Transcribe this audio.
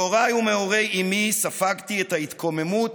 מהוריי ומהורי אימי ספגתי את ההתקוממות